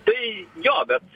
tai jo bet